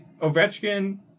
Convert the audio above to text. Ovechkin